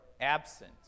absent